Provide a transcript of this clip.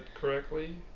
correctly